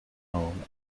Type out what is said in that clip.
home